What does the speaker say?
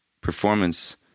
performance